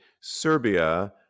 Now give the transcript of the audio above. Serbia